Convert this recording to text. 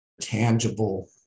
tangible